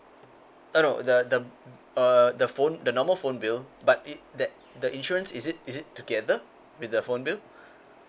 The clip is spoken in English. uh no the the uh the phone the normal phone bill but it that the insurance is it is it together with the phone bill